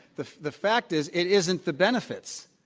the the fact is it isn't the benefits,